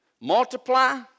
multiply